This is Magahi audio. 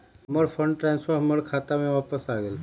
हमर फंड ट्रांसफर हमर खाता में वापस आ गेल